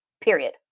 period